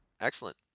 excellent